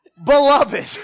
Beloved